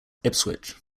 ipswich